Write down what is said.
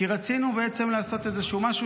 כי רצינו בעצם לעשות איזשהו משהו,